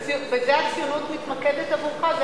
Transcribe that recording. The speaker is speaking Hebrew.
בזה הציונות מתמקדת עבורך?